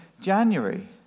January